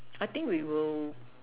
I think we will